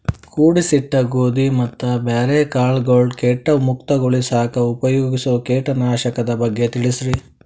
ಕೂಡಿಸಿಟ್ಟ ಗೋಧಿ ಮತ್ತ ಬ್ಯಾರೆ ಕಾಳಗೊಳ್ ಕೇಟ ಮುಕ್ತಗೋಳಿಸಾಕ್ ಉಪಯೋಗಿಸೋ ಕೇಟನಾಶಕದ ಬಗ್ಗೆ ತಿಳಸ್ರಿ